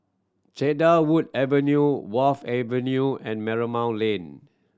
Cedarwood Avenue Wharf Avenue and Marymount Lane